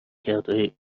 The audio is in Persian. کردههای